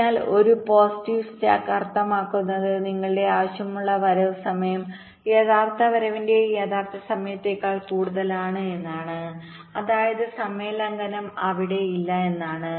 അതിനാൽ ഒരു positive slack അർത്ഥമാക്കുന്നത് നിങ്ങളുടെ ആവശ്യമുള്ള വരവ് സമയം യഥാർത്ഥ വരവിന്റെ യഥാർത്ഥ സമയത്തേക്കാൾ കൂടുതലാണ് എന്നാണ് അതായത് സമയ ലംഘനം അവിടെ ഇല്ല എന്നാണ്